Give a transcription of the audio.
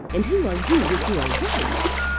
and who are you with your rights?